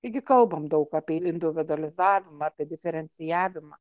taigi kalbam daug apie individualizavimą apie diferencijavimą